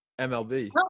MLB